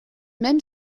même